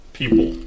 people